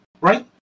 right